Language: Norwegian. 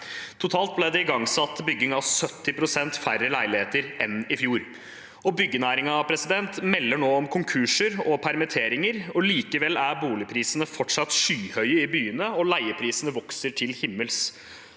Totalt ble det igangsatt bygging av 70 pst. færre leiligheter enn i fjor. Byggenæringen melder nå om konkurser og permitteringer. Likevel er boligprisene fortsatt skyhøye i byene, og leieprisene vokser til himmels.